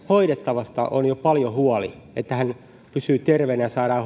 hoidettavasta on jo paljon huolta että hän pysyy terveenä ja saadaan